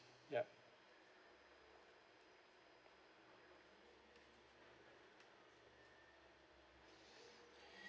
ya